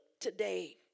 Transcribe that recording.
today